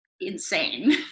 insane